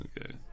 okay